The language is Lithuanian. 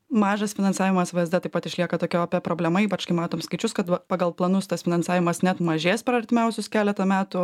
mažas finansavimas vsd taip pat išlieka tokia opia problema ypač kai matom skaičius kad pagal planus tas finansavimas net mažės per artimiausius keletą metų